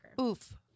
Oof